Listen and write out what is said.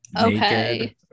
Okay